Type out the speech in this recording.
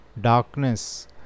darkness